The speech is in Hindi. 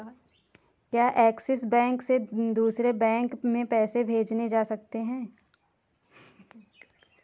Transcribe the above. क्या ऐक्सिस बैंक से दूसरे बैंक में पैसे भेजे जा सकता हैं?